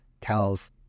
tells